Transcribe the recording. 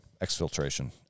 Exfiltration